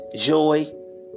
joy